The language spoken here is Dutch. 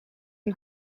een